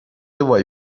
وای